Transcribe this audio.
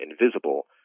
invisible